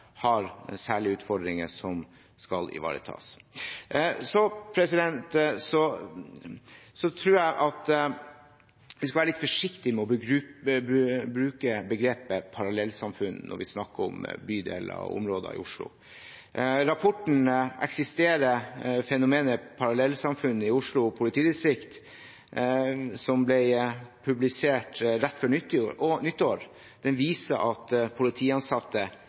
har særlige utfordringer, som skal ivaretas. Jeg tror vi skal være litt forsiktig med å bruke begrepet «parallellsamfunn» når vi snakker om bydeler og områder i Oslo. Punktet «Eksisterer fenomenet parallellsamfunn i Oslo politidistrikt?», i rapporten som ble publisert rett før nyttår, viser at politiansatte ikke oppfatter at